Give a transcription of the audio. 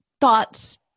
thoughts